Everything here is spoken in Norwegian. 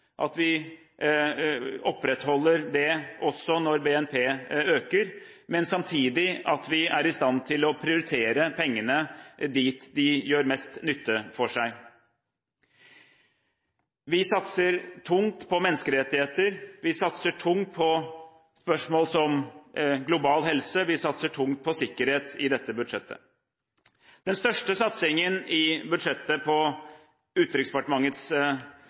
at vi opprettholder det også når BNP øker – men at vi samtidig er i stand til å prioritere pengene der de gjør mest nytte for seg. Vi satser tungt på menneskerettigheter, vi satser tungt på spørsmål som global helse, og vi satser tungt på sikkerhet i dette budsjettet. Den største satsingen på Utenriksdepartementets område i budsjettet